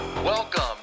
Welcome